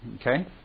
Okay